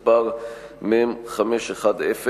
מ/510.